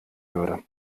würde